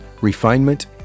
Refinement